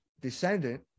descendant